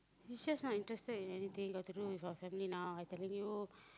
he's just not interested in anything got to do with our family now I telling you